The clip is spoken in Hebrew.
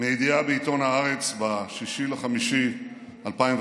מידיעה בעיתון הארץ ב-6 במאי 2004